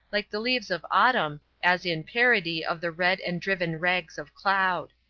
like the leaves of autumn, as in parody of the red and driven rags of cloud.